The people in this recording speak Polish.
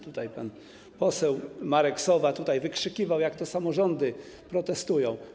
Tutaj pan poseł Marek Sowa wykrzykiwał, jak to samorządy protestują.